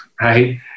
right